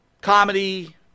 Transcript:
comedy